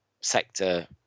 sector